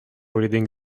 reading